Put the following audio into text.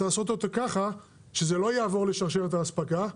צריך לעשות אותה ככה שזה לא יעבור לשרשרת האספקה.